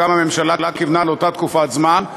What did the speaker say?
גם הממשלה כיוונה לאותה תקופת זמן,